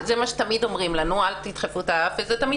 זה מה שתמיד אומרים לנו, אל תדחפו את האף לזה.